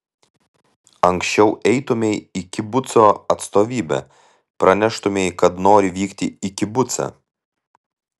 anksčiau eitumei į kibuco atstovybę praneštumei kad nori vykti į kibucą